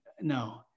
no